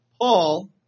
Paul